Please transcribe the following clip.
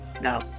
No